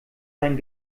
dein